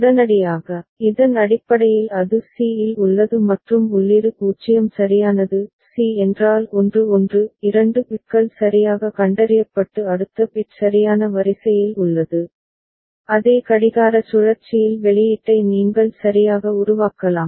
உடனடியாக இதன் அடிப்படையில் அது c இல் உள்ளது மற்றும் உள்ளீடு 0 சரியானது c என்றால் 1 1 இரண்டு பிட்கள் சரியாக கண்டறியப்பட்டு அடுத்த பிட் சரியான வரிசையில் உள்ளது அதே கடிகார சுழற்சியில் வெளியீட்டை நீங்கள் சரியாக உருவாக்கலாம்